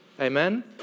Amen